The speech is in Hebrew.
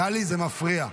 טלי, זה מפריע.